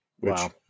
wow